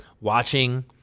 watching